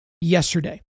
yesterday